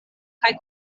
kaj